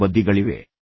ಎರಡು ಬದಿಗಳಿವೆ